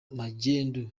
magendu